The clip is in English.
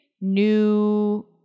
new